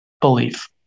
belief